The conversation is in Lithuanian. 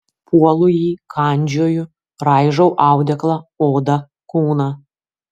puolu jį kandžioju raižau audeklą odą kūną